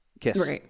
kiss